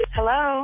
Hello